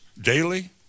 daily